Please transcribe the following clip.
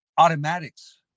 Automatics